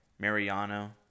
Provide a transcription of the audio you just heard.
Mariano